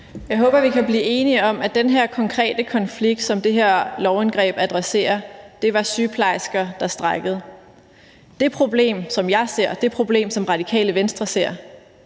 Jeg håber, vi kan blive enige om, at den her konkrete konflikt, som det her lovindgreb adresserer, var sygeplejersker, der strejkede. Det problem, som jeg ser, og som Radikale Venstre ser,